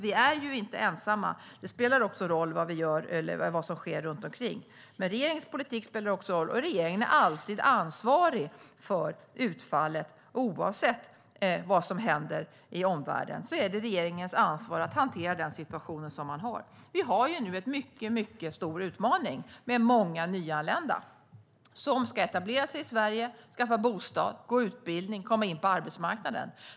Vi är inte ensamma. Det spelar roll vad som sker runt omkring, men regeringens politik spelar också roll, och regeringen är alltid ansvarig för utfallet. Oavsett vad som händer i omvärlden är det regeringens ansvar att hantera den situation som råder. Vi har nu en mycket, mycket stor utmaning med många nyanlända som ska etablera sig i Sverige, skaffa bostad, gå utbildning och komma in på arbetsmarknaden.